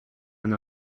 and